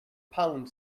pound